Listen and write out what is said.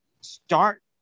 start